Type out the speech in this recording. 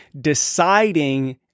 deciding